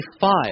five